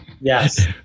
Yes